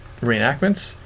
reenactments